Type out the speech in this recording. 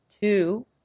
Two